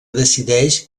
decideix